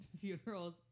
funerals